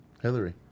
Hillary